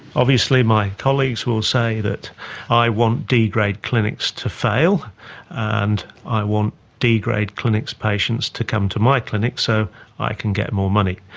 obviously my colleagues will say that i want d grade clinics to fail and i want d grade clinics' patients to come to my clinic so i can get more money.